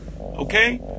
Okay